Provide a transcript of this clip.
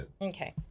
Okay